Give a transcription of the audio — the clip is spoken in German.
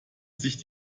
sich